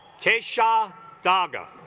keisha daaga